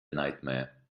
nightmare